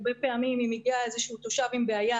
הרבה פעמים, אם מגיע איזשהו תושב עם בעיה